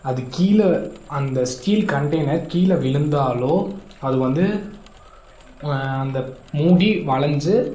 அது கீழே அந்த ஸ்டீல் கண்டெய்னர் கீழே விழுந்தால்அது வந்து அந்த மூடி வழைஞ்சு